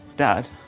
Dad